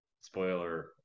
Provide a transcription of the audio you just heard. spoiler